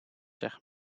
zegt